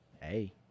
Hey